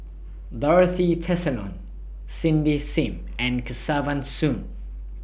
Dorothy Tessensohn Cindy SIM and Kesavan Soon